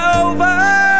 over